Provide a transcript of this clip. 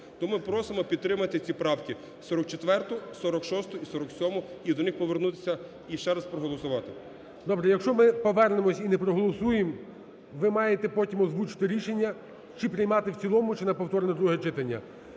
Тому просимо підтримати ці правки: 44-у, 46-у і 47-у – і до них повернутися, і ще раз проголосувати. ГОЛОВУЮЧИЙ. Добре. Якщо ми повернемося і не проголосуємо, ви маєте потім озвучити рішення, чи приймати в цілому, чи на повторне друге читання.